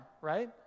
Right